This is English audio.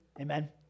Amen